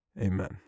Amen